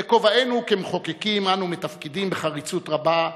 בכובענו כמחוקקים אנו מתפקדים בחריצות רבה,